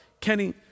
Kenny